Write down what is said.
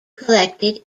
collected